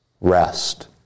rest